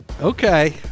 Okay